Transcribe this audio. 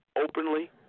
openly